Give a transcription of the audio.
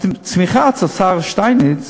הצמיחה אצל שטייניץ